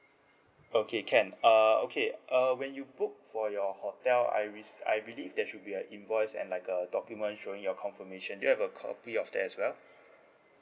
okay can uh okay err when you book for your hotel I re~ I believe there should be a invoice and like a document showing your confirmation do you have a copy of that as well